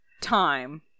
time